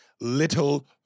Little